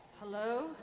Hello